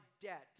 debt